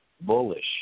bullish